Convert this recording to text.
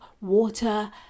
water